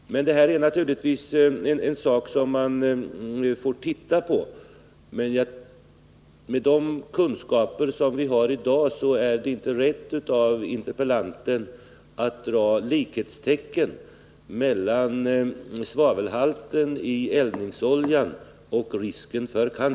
Detta är naturligtvis en sak som man får se på. Men med de kunskaper som vi har i dag är det inte rätt av interpellanten att sätta likhetstecken mellan svavelhalten i eldningsoljan och risk för cancer.